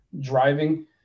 driving